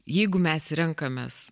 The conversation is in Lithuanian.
jeigu mes renkamės